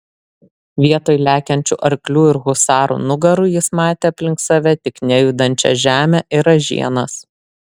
vietoj lekiančių arklių ir husarų nugarų jis matė aplink save tik nejudančią žemę ir ražienas